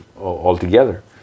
altogether